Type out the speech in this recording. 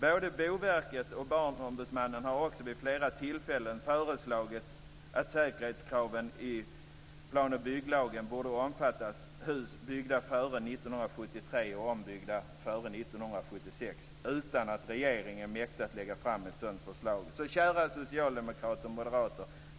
Både Boverket och Barnombudsmannen har också vid flera tillfällen föreslagit att säkerhetskraven i plan och bygglagen borde omfatta hus byggda före 1973 och ombyggda före 1976 utan att regeringen mäktat lägga fram ett sådant förslag. Kära socialdemokrater och moderater!